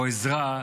או עזרה,